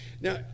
Now